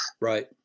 right